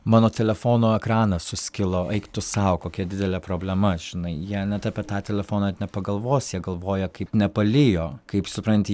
mano telefono ekranas suskilo eik tu sau kokia didelė problema žinai jie net apie tą telefoną net nepagalvos jie galvoja kaip nepalijo kaip supranti